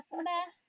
meh